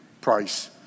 price